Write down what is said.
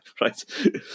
Right